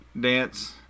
dance